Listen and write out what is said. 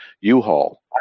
U-Haul